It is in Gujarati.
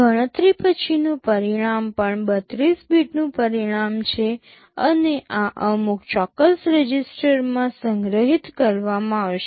ગણતરી પછીનું પરિણામ પણ 32 બીટનું પરિણામ છે અને આ અમુક ચોક્કસ રજીસ્ટરમાં સંગ્રહિત કરવામાં આવશે